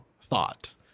thought